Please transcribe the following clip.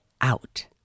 out